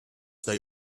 they